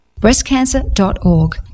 Breastcancer.org